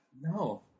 No